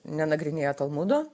nenagrinėja talmudo